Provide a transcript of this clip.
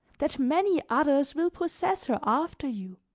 that many others will possess her after you.